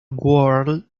world